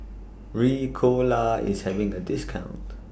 Ricola IS having A discount